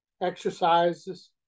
exercises